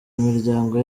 imiryango